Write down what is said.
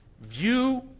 view